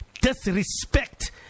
disrespect